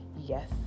yes